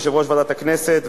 יושב-ראש ועדת הכנסת,